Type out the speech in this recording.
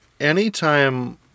anytime